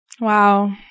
Wow